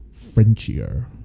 Frenchier